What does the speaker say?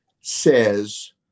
says